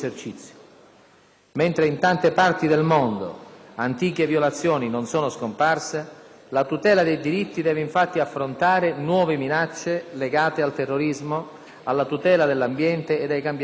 Mentre in tante parti del mondo antiche violazioni non sono scomparse, la tutela dei diritti deve infatti affrontare nuove minacce legate al terrorismo, alla tutela dell'ambiente ed ai cambiamenti climatici,